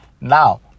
Now